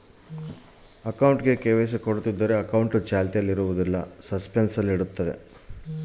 ಅಕೌಂಟಗೆ ಕೆ.ವೈ.ಸಿ ಕೊಡದಿದ್ದರೆ ಏನಾಗುತ್ತೆ?